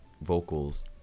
vocals